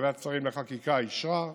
ועדת שרים לחקיקה אישרה,